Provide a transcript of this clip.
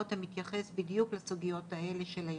שמתייחס בדיוק לסוגיות האלה של היולדות.